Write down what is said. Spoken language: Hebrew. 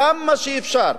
כמה שאפשר,